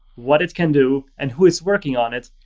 what it can do, and who is working on it,